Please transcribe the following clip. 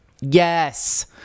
yes